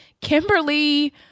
Kimberly